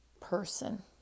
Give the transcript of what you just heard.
person